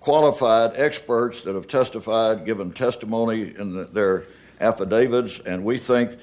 qualified experts that have testified given testimony in the their effort david's and we think